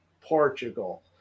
Portugal